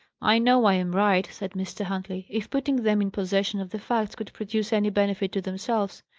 i know i am right, said mr. huntley. if putting them in possession of the facts could produce any benefit to themselves,